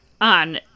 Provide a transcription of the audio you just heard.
on